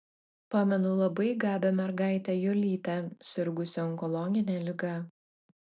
pamenu labai gabią mergaitę julytę sirgusią onkologine liga